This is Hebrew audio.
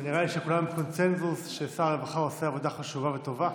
ונראה לי שכולם בקונסנזוס ששר הרווחה עושה עבודה חשובה וטובה.